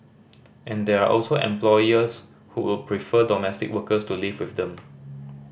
and there are also employers who would prefer domestic workers to live with them